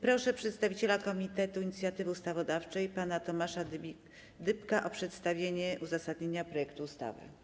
Proszę przedstawiciela Komitetu Inicjatywy Ustawodawczej pana Tomasza Dybka o przedstawienie uzasadnienia projektu ustawy.